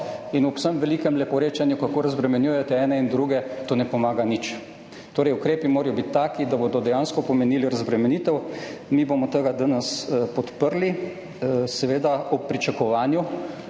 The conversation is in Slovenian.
in ob vsem velikem leporečenju, kako razbremenjujete ene in druge, to ne pomaga nič. Torej, ukrepi morajo biti taki, da bodo dejansko pomenili razbremenitev. Mi bomo tega danes podprli, seveda ob pričakovanju,